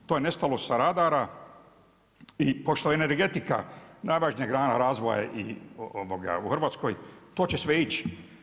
To je nestalo sa radara i pošto je energetika najvažnija grana razvoja u Hrvatskoj, to će sve ići.